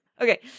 Okay